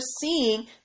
seeing